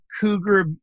Cougar